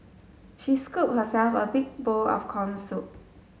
she scooped herself a big bowl of corn soup